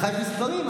אני מביא מספרים.